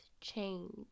change